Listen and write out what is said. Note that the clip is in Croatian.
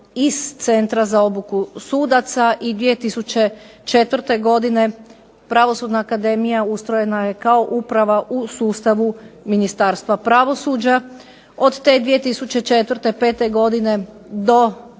iz Centra za obuku sudaca i 2004. godine Pravosudna akademija ustrojena je kao upravu u sustavu Ministarstva pravosuđa. Od te 2004. pete godine do